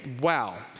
wow